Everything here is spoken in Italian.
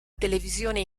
televisione